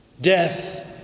Death